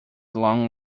long